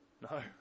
no